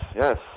yes